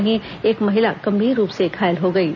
वहीं एक महिला गंभीर रूप से घायल हो गई है